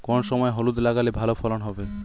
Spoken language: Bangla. কোন সময় হলুদ লাগালে ভালো ফলন হবে?